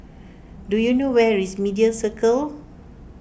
do you know where is Media Circle